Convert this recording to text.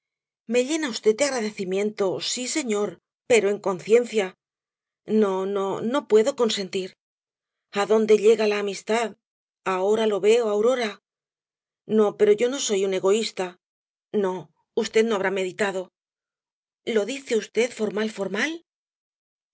me llena v de agradecimiento sí señor pero en conciencia no no puedo consentir a dónde llega la amistad ahora lo veo aurora no pero yo no soy un egoista no v no habrá meditado lo dice v formal formal